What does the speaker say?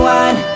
one